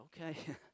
okay